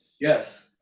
Yes